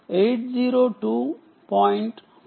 15